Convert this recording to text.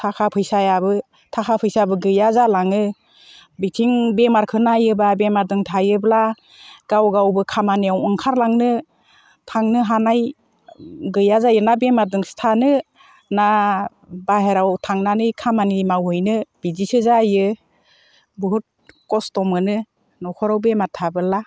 थाखा फैसायाबो गैया जालाङो बेथिं बेमारखौ नायोब्ला बेमारजों थायोब्ला गाव गावबो खामानियाव ओंखारलांनो थांनो हानाय गैया जायो ना बेमारजोंसो थानो ना बाहेराव थांनानै खामानि मावहैनो बिदिसो जायो बहुद खस्थ' मोनो न'खराव बेमार थायोब्ला